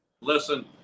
listen